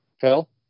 Phil